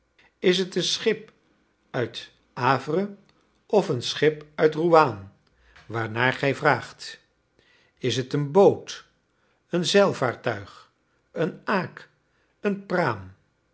is t een schip uit hâvre of een schip uit rouaan waarnaar gij vraagt is het een boot een zeilvaartuig een aak een praam